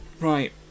Right